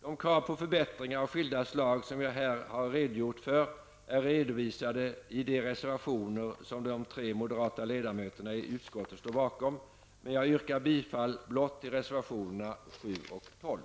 De krav på förbättringar av skilda slag som jag här har redogjort för är redovisade i de reservationer som de tre moderata ledamöterna i utskottet står bakom, men jag yrkar bifall blott till reservationerna 7 och 12.